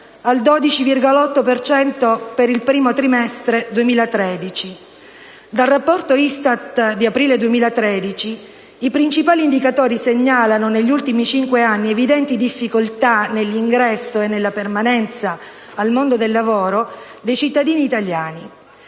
al 12,8 per cento del primo trimestre del 2013. Dal rapporto ISTAT dell'aprile 2013, risulta che i principali indicatori segnalano negli ultimi cinque anni evidenti difficoltà nell'ingresso e nella permanenza nel mondo del lavoro dei cittadini italiani.